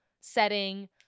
setting